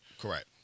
Correct